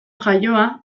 jaioa